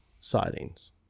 sightings